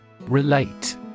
Relate